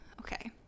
okay